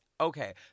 okay